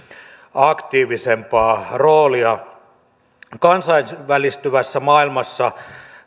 aktiivisempaa roolia kansainvälistyvässä maailmassa